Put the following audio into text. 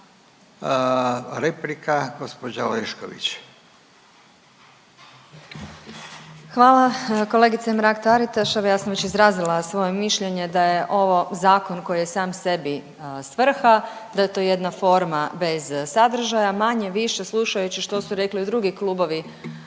imenom i prezimenom)** Hvala kolegice Mrak-Taritaš. Evo ja sam već izrazila svoje mišljenje da je ovo zakon koji je sam sebi svrha, da je to jedna forma bez sadržaja. Manje-više slušajući što su rekli drugi klubovi